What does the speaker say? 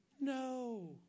No